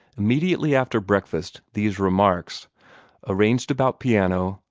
immediately after breakfast, these remarks arranged about piano.